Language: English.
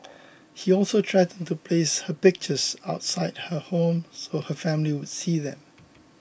he also threatened to place her pictures outside her home so her family would see them